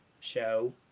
show